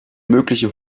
mögliche